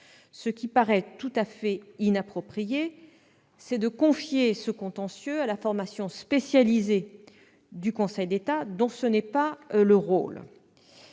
ce qui paraît tout à fait inapproprié, c'est de confier ce contentieux à la formation spécialisée du Conseil d'État, dont ce n'est pas le rôle.